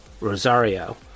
Rosario